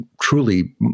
truly